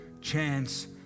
chance